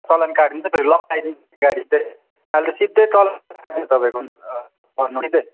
चलान काटदिन्छ फेरि लक लाइदिन्छ गाडी चाहिँ सिधै तल राख्दिन्छ तपैको पनि